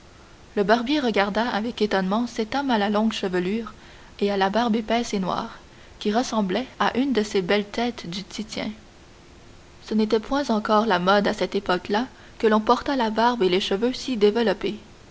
le barbier regarda avec étonnement cet homme à la longue chevelure et à la barbe épaisse et noire qui ressemblait à une de ces belles têtes du titien ce n'était point encore la mode à cette époque-là que l'on portât la barbe et les cheveux si développés